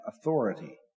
authority